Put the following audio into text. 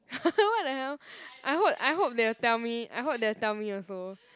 what the hell I hope I hope they will tell me I hope they will tell me also